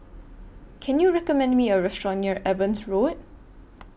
Can YOU recommend Me A Restaurant near Evans Road